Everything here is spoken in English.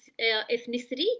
ethnicity